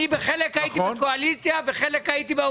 אני בחלק הייתי בקואליציה, בחלק הייתי באופוזיציה.